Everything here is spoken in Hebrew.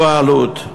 זו העלות.